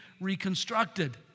reconstructed